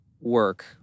work